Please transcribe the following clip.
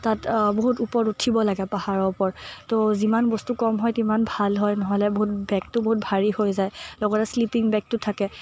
তাত বহুত ওপৰত উঠিব লাগে পাহাৰৰ ওপৰত ত' যিমান বস্তু কম হয় তিমান ভাল হয় নহ'লে বহুত বেগটো বহুত ভাৰী হৈ যায় লগতে শ্লিপিং বেগটো থাকে